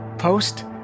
Post